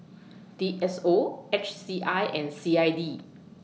D S O H C I and C I D